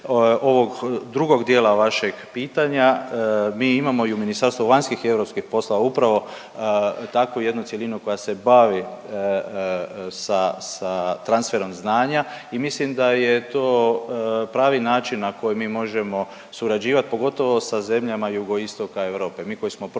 ovog drugog dijela vašeg pitanja, mi imamo i u Ministarstvu vanjskih i europskih poslova upravo takvu jednu cjelinu koja se bavi sa, sa transferom znanja i mislim da je to pravi način na koji mi možemo surađivat, pogotovo sa zemljama Jugoistoka Europe.